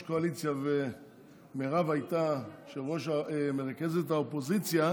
הקואליציה ומרב הייתה מרכזת האופוזיציה,